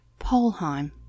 Polheim